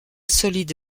solide